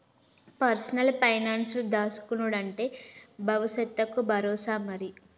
personal పైనాన్సుల దాస్కునుడంటే బవుసెత్తకు బరోసా మరి